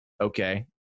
okay